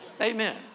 Amen